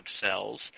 cells